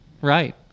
Right